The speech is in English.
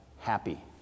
Happy